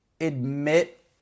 admit